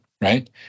right